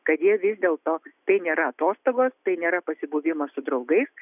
kad jie vis dėlto tai nėra atostogos tai nėra pasibuvimas su draugais